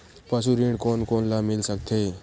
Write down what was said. पशु ऋण कोन कोन ल मिल सकथे?